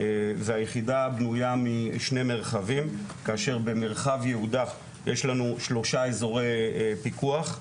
והיחידה בנויה משני מרחבים כאשר במרחב יהודה יש לנו שלושה אזורי פיקוח,